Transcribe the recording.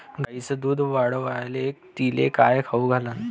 गायीचं दुध वाढवायले तिले काय खाऊ घालू?